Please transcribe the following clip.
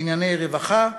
בענייני רווחה,